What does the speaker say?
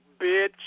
bitch